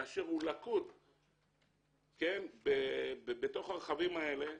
כאשר הוא לכוד בתוך הרכבים האלה,